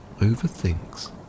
overthinks